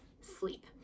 sleep